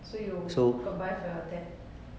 so you so you got buy for your dad